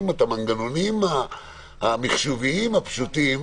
או את המנגנונים המחשוביים הפשוטים,